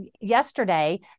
yesterday